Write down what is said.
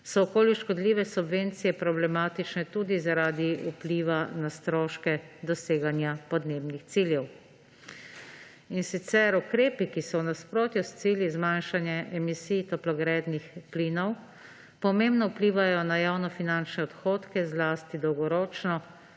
so okolju škodljive subvencije problematične tudi zaradi vpliva na stroške doseganja podnebnih ciljev. Ukrepi, ki so nasprotju s cilji zmanjšanje emisij toplogrednih plinov, pomembno vplivajo na javnofinančne odhodke zlasti dolgoročno,